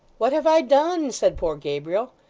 what have i done said poor gabriel.